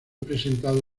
presentado